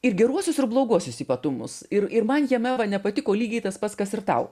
ir geruosius ir bloguosius ypatumus ir ir man jame vat nepatiko lygiai tas pats kas ir tau